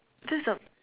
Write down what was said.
this is a